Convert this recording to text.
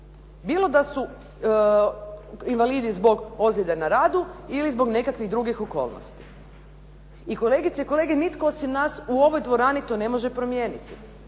Bilo da su invalidi zbog ozljede na radu ili zbog nekakvih drugih okolnosti. I kolegice i kolege nitko osim nas u ovoj dvorani to ne može promijeniti.